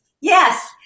Yes